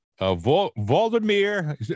Vladimir